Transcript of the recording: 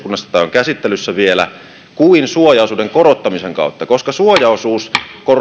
käsittelyssä eduskunnassa kuin suojaosuuden korottamisen kautta koska suojaosuus